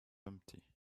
empty